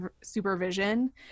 supervision